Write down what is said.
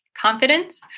confidence